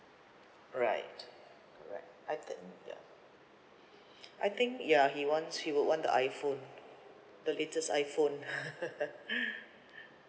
alright alright I think ya I think ya he wants he would want the iPhone the latest iPhone